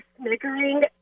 snickering